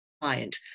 client